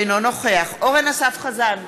אינו נוכח אורן אסף חזן,